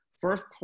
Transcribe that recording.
First